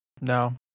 No